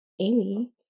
Amy